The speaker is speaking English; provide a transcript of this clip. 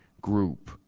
group